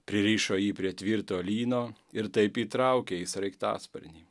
pririšo jį prie tvirto lyno ir taip įtraukė į sraigtasparnį